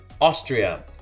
Austria